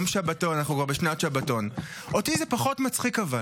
בגלל זה הצבעתם נגד התקציב